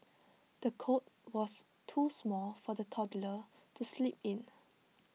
the cot was too small for the toddler to sleep in